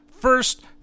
First